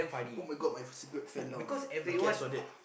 oh-my-god my cigarette fell down lucky I saw that